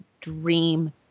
dream